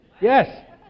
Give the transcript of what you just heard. Yes